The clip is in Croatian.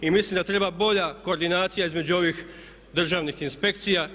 I mislim da treba bolja koordinacija između ovih državnih inspekcija.